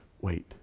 wait